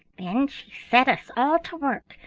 then she set us all to work,